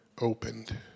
opened